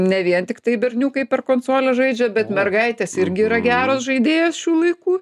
ne vien tiktai berniukai per konsolę žaidžia bet mergaitės irgi yra geras žaidėjas šių laikų